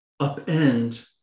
upend